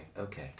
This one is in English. okay